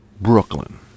Brooklyn